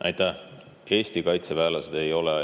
Aitäh! Eesti kaitseväelased ei ole